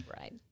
Right